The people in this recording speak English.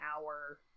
hour